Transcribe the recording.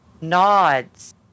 nods